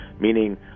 meaning